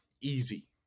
Easy